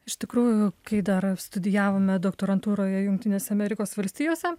iš tikrųjų kai dar studijavome doktorantūroje jungtinėse amerikos valstijose